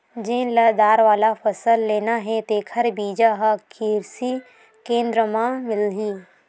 जेन ल दार वाला फसल लेना हे तेखर बीजा ह किरसी केंद्र म मिलही